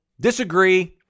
disagree